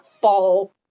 fall